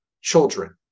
children